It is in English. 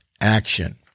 action